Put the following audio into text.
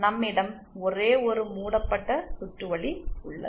நம்மிடம் ஒரே ஒரு மூடப்பட்ட சுற்றுவழி உள்ளது